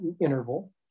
interval